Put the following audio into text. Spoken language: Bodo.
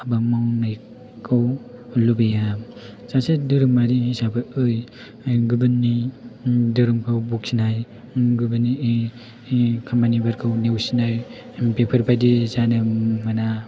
हाबा मावनायखौ लुबैया सासे धोरोमारि हिसाबै गोदोनि धोरोमखौ बखिनाय गुबुननि खामानिफोरखौ नेवसिनाय बिफोरबादि जानो मोना